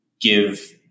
give